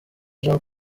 jean